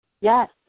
Yes